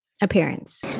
Appearance